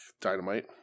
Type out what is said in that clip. Dynamite